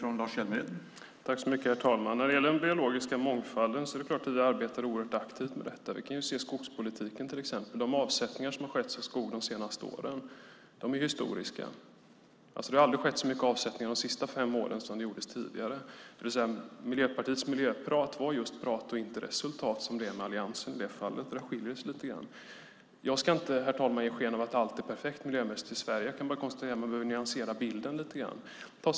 Herr talman! Vi arbetar oerhört aktivt med den biologiska mångfalden. Ett exempel är skogspolitiken. De avsättningar av skog som har skett de senaste åren är historiska. Det har aldrig tidigare skett så många avsättningar som de senaste fem åren. Miljöpartiets miljöprat var just prat och inte resultat, som det är med Alliansen i det fallet. Där skiljer det sig lite grann. Herr talman! Jag ska inte ge sken av att allt är miljömässigt perfekt i Sverige. Jag konstaterar bara att man behöver nyansera bilden lite grann.